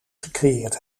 gecreëerd